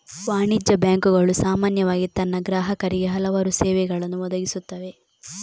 ವಾಣಿಜ್ಯ ಬ್ಯಾಂಕುಗಳು ಸಾಮಾನ್ಯವಾಗಿ ತನ್ನ ಗ್ರಾಹಕರಿಗೆ ಹಲವಾರು ಸೇವೆಗಳನ್ನು ಒದಗಿಸುತ್ತವೆ